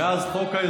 אתה מצביע איתו עכשיו.